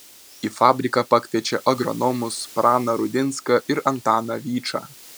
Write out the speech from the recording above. į fabriką pakviečia agronomus praną rudinską ir antaną vyčą